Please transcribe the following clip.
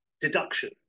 deduction